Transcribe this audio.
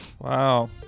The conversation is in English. Wow